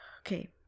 okay